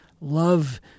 love